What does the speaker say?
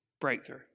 breakthrough